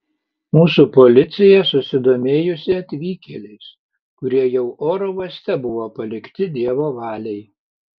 mūsų policija susidomėjusi atvykėliais kurie jau oro uoste buvo palikti dievo valiai